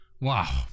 Wow